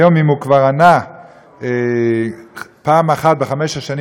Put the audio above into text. היום אם הוא כבר ענה פעם אחת בחמש השנים